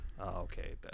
Okay